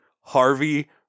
Harvey